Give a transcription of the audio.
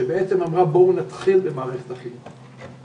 שאמרה: בואו נתחיל במערכת החינוך.